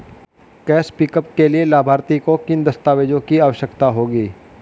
Cash pickup के लिए लाभार्थी को किन दस्तावेजों की आवश्यकता होगी?